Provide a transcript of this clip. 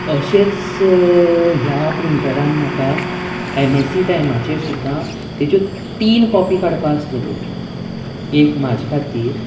अशेंच ह्या प्रिंटरान म्हाका एम एस सी टायमाचेर सुद्दां ताच्यो तीन कॉपी काडपाच्यो आशिल्ल्यो एक म्हज्या खातीर